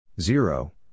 Zero